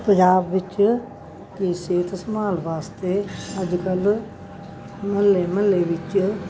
ਪੰਜਾਬ ਵਿੱਚ ਕੀ ਸਿਹਤ ਸੰਭਾਲ ਵਾਸਤੇ ਅੱਜ ਕੱਲ੍ਹ ਮੁਹੱਲੇ ਮੁਹੱਲੇ ਵਿੱਚ